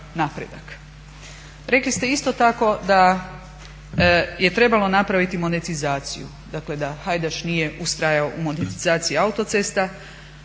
napredak. Rekli ste isto tako da je trebalo napraviti monetizaciju, dakle da Hajdaš nije ustrajao u monetizaciji autocesta.